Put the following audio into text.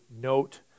Note